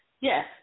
yes